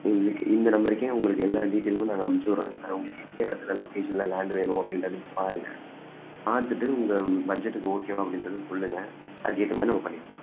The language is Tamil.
இன்றைக்கி இந்த நம்பருக்கே உங்களுக்கு எல்லா டீட்டெயில்ஸும் நாங்கள் அனுச்சிவுட்றோம் உங்களுக்கு எந்த இடத்துல லொகேஷனில் லேண்ட் வேணும் அப்டின்றத நீங்கள் பாருங்கள் பார்த்துட்டு உங்கள் பட்ஜெட்டுக்கு ஓகேவா அப்படின்றத சொல்லுங்கள் அதுக்கேற்ற மாதிரி நம்ம பண்ணிக்கலாம்